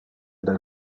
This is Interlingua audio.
del